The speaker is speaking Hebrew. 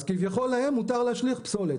אז כביכול להם מותר להשליך פסולת.